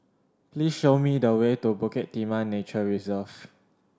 please show me the way to Bukit Timah Nature Reserve